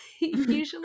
usually